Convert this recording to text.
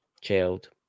child